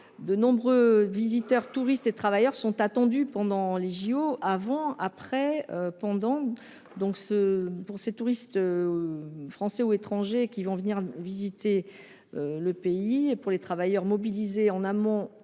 De nombreux visiteurs, touristes et travailleurs sont attendus avant, pendant et après les Jeux. Pour ces touristes français et étrangers qui vont venir visiter le pays et pour les travailleurs mobilisés en amont